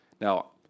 Now